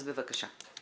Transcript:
אז בבקשה.